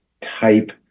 type